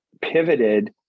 pivoted